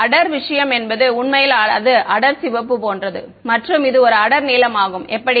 அடர் விஷயம் என்பது உண்மையில் அது அடர் சிவப்பு போன்றது மற்றும் இது ஒரு அடர் நீலமாகும் எப்படி